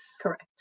Correct